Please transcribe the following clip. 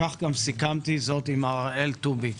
כך סיכמתי זאת גם עם מר הראל טובי.